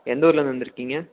எந்த ஊர்லேருந்து வந்திருக்கிங்க